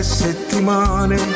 settimane